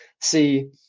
see